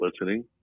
listening